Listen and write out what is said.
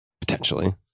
potentially